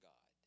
God